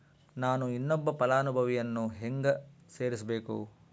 ನಾನು ಇನ್ನೊಬ್ಬ ಫಲಾನುಭವಿಯನ್ನು ಹೆಂಗ ಸೇರಿಸಬೇಕು?